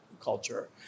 culture